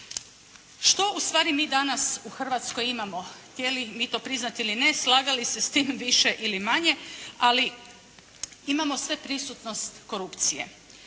Što ustvari mi danas u Hrvatskoj imamo? Htjeli mi to priznati ili ne, slagali se s tim više ili manje ali imamo sveprisutnost korupcije.